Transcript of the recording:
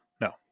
No